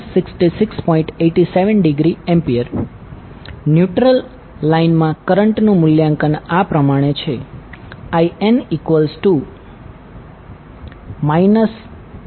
87°A neutral લાઇનમાં current નું મૂલ્યાંકન આ પ્રમાણે છે In IaIbIc10